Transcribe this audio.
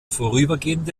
vorübergehend